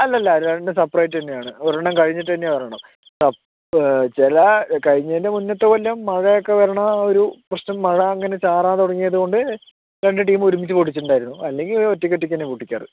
അല്ലല്ല രണ്ടും സപ്പറേറ്റ് തന്നെയാണ് ഒരെണ്ണം കഴിഞ്ഞിട്ട് തന്നെയാണ് ഒരെണ്ണം ചില കഴിഞ്ഞതിൻ്റെ മുന്നത്തെ കൊല്ലം മഴയൊക്കെ വരണ ആ ഒരു പ്രശ്നം മഴ അങ്ങനെ ചാറാൻ തുടങ്ങിയത് കൊണ്ട് രണ്ട് ടീമും ഒരുമിച്ചു പൊട്ടിച്ചിട്ടുണ്ടായിരുന്നു അല്ലെങ്കിൽ ഒറ്റക്ക് ഒറ്റക്ക് തന്നെയാ പൊട്ടിക്കാറ്